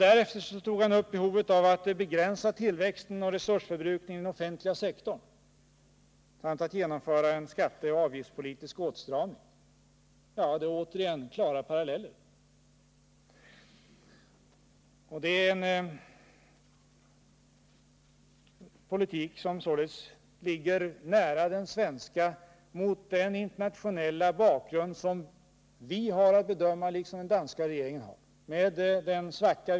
Därefter tog han upp frågan om behovet av att begränsa tillväxten och resursförbrukningen i den offentliga sektorn samt att genomföra en skatteoch avgiftspolitisk åtstramning. Det är återigen klara paralleller med vad vi säger i den svenska regeringen. Det är en politisk bedömning som således ligger ganska nära den svenska. Det sker med samma internationella bakgrund.